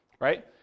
Right